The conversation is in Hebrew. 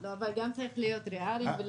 אבל גם צריך להיות ריאליים.